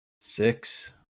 Six